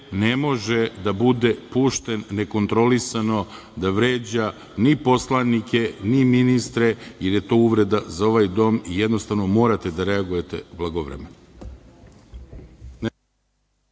ne može da bude pušten nekontrolisano da vređa ni poslanike, ni ministre jer je to uvreda za ovaj dom, jednostavno morate da reagujete blagovremeno.